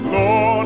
Lord